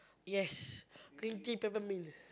yes green tea peppermint